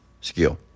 skill